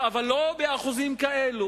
אבל לא באחוזים כאלה.